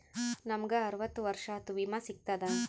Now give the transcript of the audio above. ನಮ್ ಗ ಅರವತ್ತ ವರ್ಷಾತು ವಿಮಾ ಸಿಗ್ತದಾ?